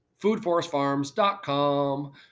Foodforestfarms.com